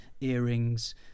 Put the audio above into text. earrings